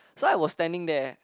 so I was standing there